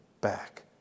back